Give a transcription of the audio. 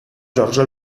giorgio